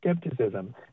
skepticism